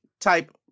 type